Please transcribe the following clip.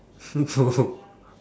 oh